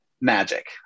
magic